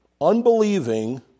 unbelieving